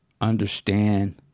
understand